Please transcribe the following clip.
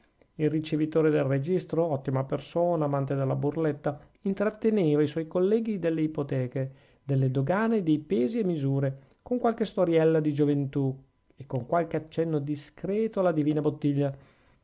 il ricevitore del registro ottima persona amante della burletta intratteneva i suoi colleghi delle ipoteche delle dogane e dei pesi e misure con qualche storiella di gioventù e con qualche accenno discreto alla divina bottiglia